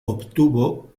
obtuvo